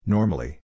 Normally